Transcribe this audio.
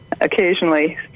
occasionally